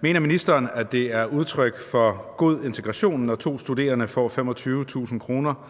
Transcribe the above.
Mener ministeren, at det er udtryk for god integration, når to studerende får 25.000 kr.